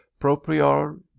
Proprior